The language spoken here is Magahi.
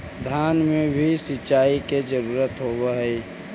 धान मे भी सिंचाई के जरूरत होब्हय?